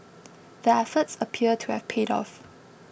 the efforts appear to have paid off